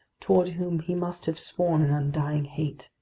toward whom he must have sworn an undying hate!